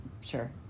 Sure